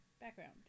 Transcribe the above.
Background